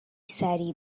سریع